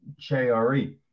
JRE